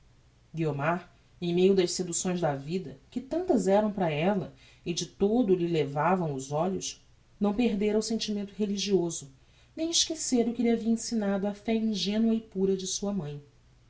guiomar em meio das seducções da vida que tantas eram para ella e de todo lhe levavam os olhos não perdera o sentimento religioso nem esquecera o que lhe havia ensinado a fé ingenua e pura de sua mãe